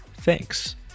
Thanks